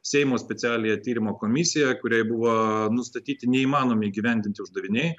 seimo specialiąją tyrimo komisiją kuriai buvo nustatyti neįmanomi įgyvendinti uždaviniai